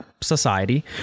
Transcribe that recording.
society